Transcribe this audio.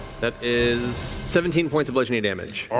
that is seventeen points of bludgeoning damage.